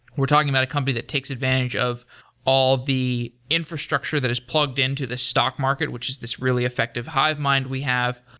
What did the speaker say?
we're talking about a company that takes advantage of all the infrastructures that is plugged in to the stock market, which is this really effective hive mind we have.